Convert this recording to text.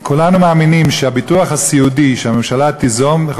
כולנו מאמינים שהביטוח הסיעודי שהממשלה תיזום יכול